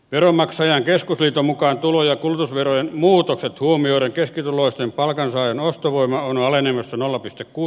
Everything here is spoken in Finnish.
veronmaksajain keskusliiton mukaan tulo ja kulutusverojen muutokset huomioiden keskituloisten palkansaajien ostovoima alenee nolla pilkku